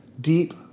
deep